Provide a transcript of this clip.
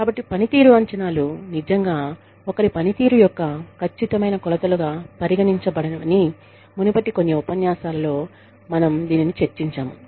కాబట్టి పనితీరు అంచనాలు నిజంగా ఒకరి పనితీరు యొక్క ఖచ్చితమైన కొలతలుగా పరిగణించబడవని మునుపటి కొన్ని ఉపన్యాసాలలో మనం దీనిని చర్చించాము